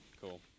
Cool